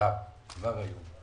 מוסדרים כבר היום.